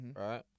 right